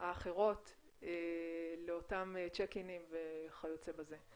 האחרות לאותם צ'ק-אינים וכיוצא בזה.